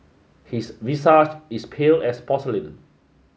his visage is pale as porcelain